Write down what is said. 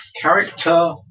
character